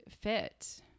fit